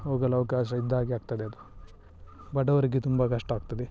ಹೋಗಲು ಅವಕಾಶ ಇದ್ದಾಗೆ ಆಗ್ತದೆ ಅದು ಬಡವರಿಗೆ ತುಂಬ ಕಷ್ಟ ಆಗ್ತದೆ